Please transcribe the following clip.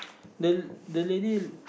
the the lady